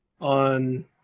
on